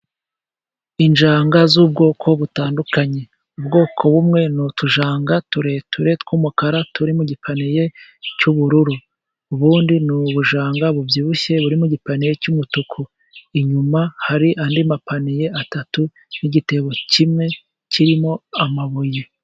Injanga z'ubwoko butandukanye, ubwoko bumwe n'utujanga tureture tw'umukara, turi mu gipaniye cy'ubururu, ubundi ni ubujanga bubyibushye buri mu gipane cy'umutuku, inyuma hari andi mapineye atatu n'igitebo kimwe kirimo amabuye.